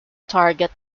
target